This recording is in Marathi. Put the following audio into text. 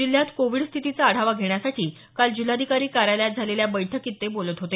जिल्ह्यात कोविड स्थितीचा आढावा घेण्यासाठी काल जिल्हाधिकारी कार्यालयात झालेल्या बैठकीत ते बोलत होते